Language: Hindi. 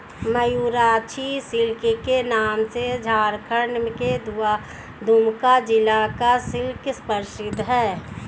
मयूराक्षी सिल्क के नाम से झारखण्ड के दुमका जिला का सिल्क प्रसिद्ध है